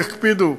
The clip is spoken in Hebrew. יקפידו.